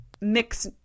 mix